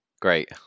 Great